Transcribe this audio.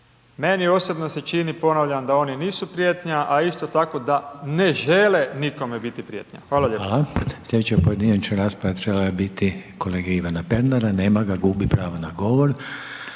meni osobno se čini, ponavljam, da oni nisu prijetnja, a isto tako da ne žele nikome biti prijetnja. Hvala lijepo. **Reiner, Željko (HDZ)** Slijedeća pojedinačna rasprava trebala je biti kolege Ivana Pernara, nema ga, gubi pravo na govor.